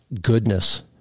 goodness